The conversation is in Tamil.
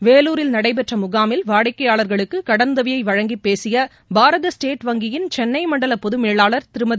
வேலூரில் நடைபெற்ற முகாமில் வாடிக்கையாளர்களுக்கு கடனுதவியை வழங்கி பேசிய பாரத ஸ்டேட் வங்கியின் சென்னை மண்டல பொது மேலாளர் திருமதி